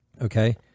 okay